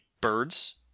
birds